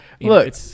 look